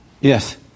Yes